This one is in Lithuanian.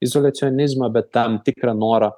izoliacionizmą bet tam tikrą norą